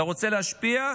אתה רוצה להשפיע?